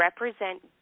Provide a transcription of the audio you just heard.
represent